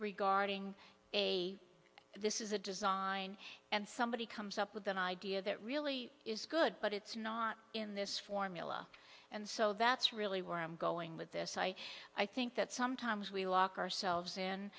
regarding a this is a design and somebody comes up with an idea that really is good but it's not in this formula and so that's really where i'm going with this i i think that sometimes we lock ourselves in